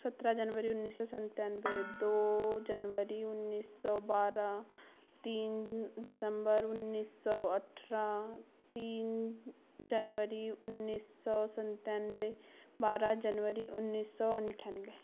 सत्रह जनवरी उन्नीस सौ सत्तानवे दो जनवरी उन्नीस सौ बारह तीन दिसम्बर उन्नीस सौ अठारह तीन जनवरी उन्नीस सौ सत्तानवे बारह जनवरी उन्नीस सौ अट्ठानवे